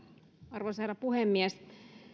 arvoisa herra puhemies